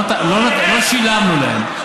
לא שילמנו להם.